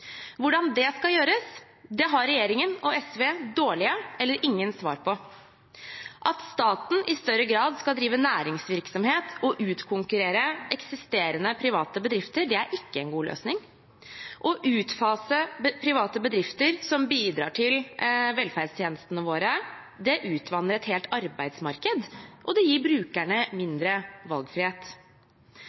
Hvordan det skal gjøres. har regjeringen og SV dårlige eller ingen svar på. At staten i større grad skal drive næringsvirksomhet og utkonkurrere eksisterende private bedrifter, er ikke en god løsning. Å utfase private bedrifter som bidrar til velferdstjenestene våre, utvanner et helt arbeidsmarked, og det gir brukerne mindre valgfrihet.